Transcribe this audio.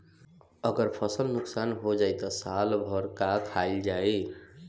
अगर फसल नुकसान हो जाई त साल भर का खाईल जाई